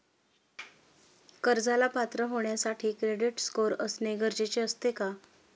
कर्जाला पात्र होण्यासाठी क्रेडिट स्कोअर असणे गरजेचे असते का?